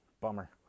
bummer